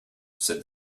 said